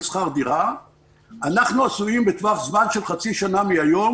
של שכר דירה אנחנו עשויים בטווח זמן של חצי שנה מהיום